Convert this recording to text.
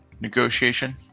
negotiation